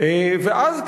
ואז,